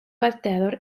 bateador